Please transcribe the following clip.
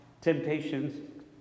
temptations